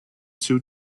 two